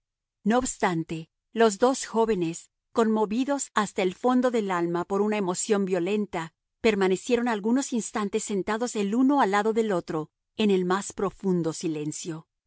no obstante los dos jóvenes conmovidos hasta el fondo del alma por una emoción violenta permanecieron algunos instantes sentados el uno al lado del otro en el más profundo silencio